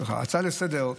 סליחה, הצעה לסדר-היום.